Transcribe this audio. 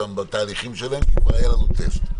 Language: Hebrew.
אותם בתהליכים שלהם כי כבר היה לנו טסט.